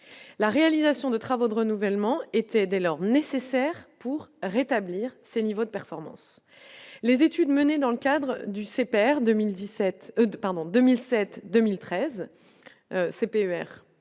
la réalisation de travaux de renouvellement était dès lors nécessaire pour rétablir ce niveau de performance, les études menées dans le cadre du Super 2017